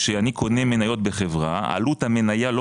כשאני קונה מניות בחברה עלות המניה לא